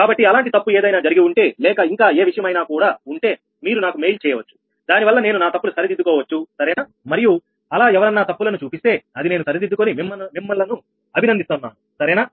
కాబట్టి అలాంటి తప్పు ఏదైనా జరిగి ఉంటే లేక ఇంకా ఏ విషయం అయినా కూడా ఉంటే మీరు నాకు మెయిల్ చేయవచ్చు దానివల్ల నేను నా తప్పులు సరిదిద్దుకోవచ్చు సరేనా మరియు అలా ఎవరన్నా తప్పులను చూపిస్తే అది నేను సరిదిద్దుకొని మిమ్మలను అభినందిస్తున్నాను సరేనా